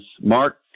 Mark